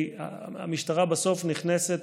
המשטרה בסוף נכנסת